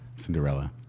Cinderella